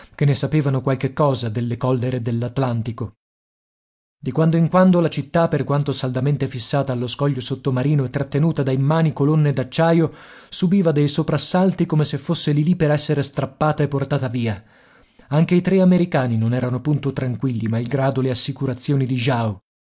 che ne sapevano qualche cosa delle collere dell'atlantico di quando in quando la città per quanto saldamente fissata allo scoglio sottomarino e trattenuta da immani colonne d'acciaio subiva dei soprassalti come se fosse lì lì per essere strappata e portata via anche i tre americani non erano punto tranquilli malgrado le assicurazioni di jao